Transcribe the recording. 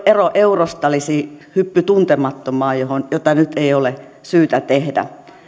ero eurosta olisi hyppy tuntemattomaan jota nyt ei ole syytä tehdä